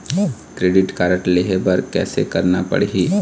Credit card लेहे बर कैसे करना पड़ही?